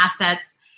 assets